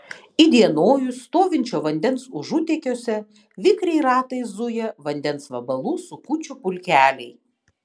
įdienojus stovinčio vandens užutėkiuose vikriai ratais zuja vandens vabalų sukučių pulkeliai